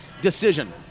decision